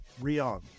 Rion